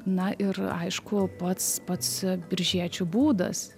na ir aišku pats pats biržiečių būdas